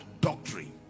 doctrine